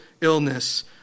illness